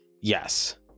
yes